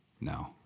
No